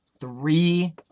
Three